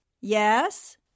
Yes